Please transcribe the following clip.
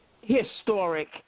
historic